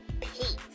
Peace